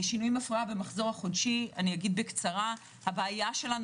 שינויים והפרעה במחזור החודשי הבעיה שלנו